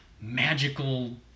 magical